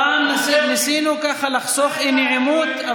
פעם ניסינו ככה לחסוך אי-נעימות,